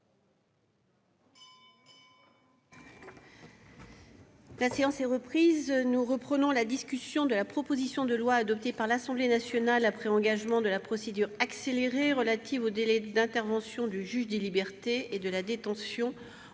La séance est reprise. Nous reprenons la discussion de la proposition de loi, adoptée par l'Assemblée nationale après engagement de la procédure accélérée, relative au délai d'intervention du juge des libertés et de la détention